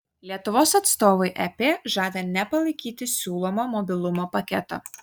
lietuvos atstovai ep žada nepalaikyti siūlomo mobilumo paketo